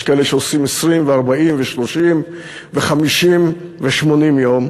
יש כאלה שעושים 20 ו-40 ו-30 ו-50 ו-80 יום,